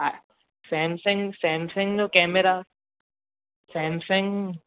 ऐं Samsung Samsung जो camera Samsung